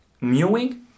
mewing